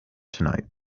tonight